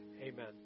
Amen